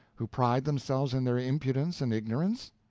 who pride themselves in their impudence and ignorance?